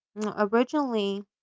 Originally